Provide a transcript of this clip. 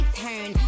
turn